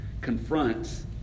confronts